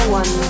one